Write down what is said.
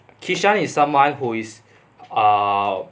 kishan is someone who is err